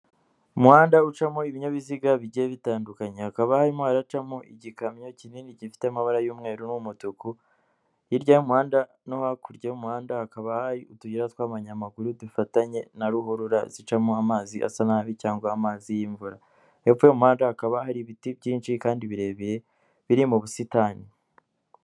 Umuhanda ucamo ibinyabiziga bigiye bitandukanye hakaba harimo haracamo igikamyo kinini gifite amabara y'umweru n'umutuku, hirya y'umuhanda no hakurya y'umuhanda hakaba hari utuyira tw'abanyamaguru dufatanye na ruhurura zicamo amazi asa nabi cyangwa amazi y'imvura, hepfo y'umuhanda hakaba hari ibiti byinshi kandi birebire biri mu busitani.